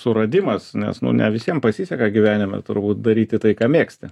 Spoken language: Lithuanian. suradimas nes nuo ne visiem pasiseka gyvenime turbūt daryti tai ką mėgsti